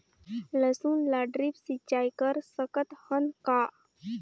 लसुन ल ड्रिप सिंचाई कर सकत हन का?